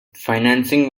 financing